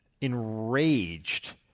enraged